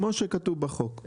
כמו שכתוב בחוק.